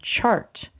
chart